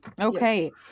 Okay